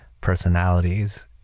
personalities